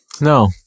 no